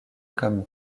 comme